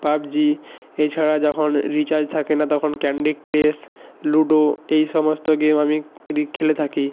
PUBG এছাড়া যখন recharge থাকে না তখন ক্যান্ডি ক্রাশ লুডো এই সমস্ত গেম আমি খেলে থাকি